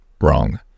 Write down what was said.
wrong